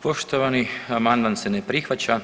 Poštovani, amandman se ne prihvaća.